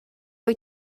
wyt